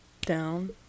down